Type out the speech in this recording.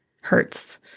hurts